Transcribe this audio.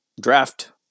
draft